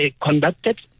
conducted